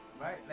Right